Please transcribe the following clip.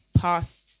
past